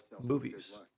movies